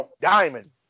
Diamond